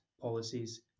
policies